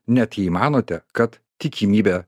net jei manote kad tikimybė